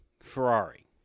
Ferrari